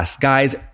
Guys